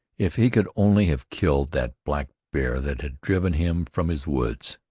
if he could only have killed that blackbear that had driven him from his woods!